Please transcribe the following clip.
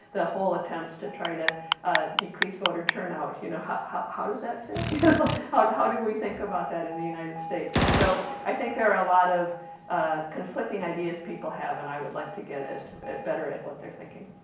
the whole attempts to try to decrease voter turnout you know how how does that fit you know how how do we think about that in the united states. and so i think there are a lot of conflicting ideas people have and i would like to get it it better at what they're thinking.